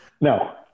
No